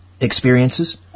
experiences